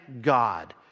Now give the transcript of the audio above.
God